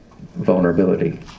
vulnerability